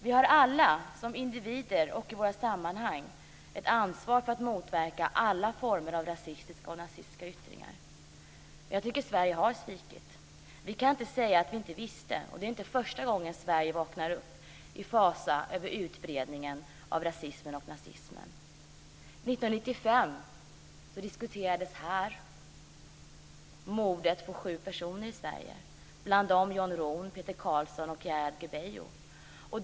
Vi har alla som individer och i våra sammanhang ett ansvar för att motverka alla former av rasistiska och nazistiska yttringar. Jag tycker att Sverige har svikit. Vi kan inte säga att vi inte visste. Det är inte första gången Sverige vaknar upp i fasa över utbredningen av rasismen och nazismen. År 1995 diskuterades här mordet på sju personer i Gerard Gbeyo.